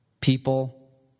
people